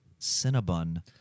Cinnabon